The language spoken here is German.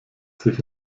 sich